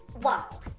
Wow